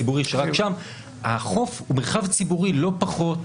הציבורי ורק שם החוף הוא מרחב ציבורי לא פחות,